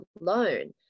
alone